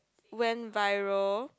went viral